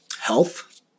health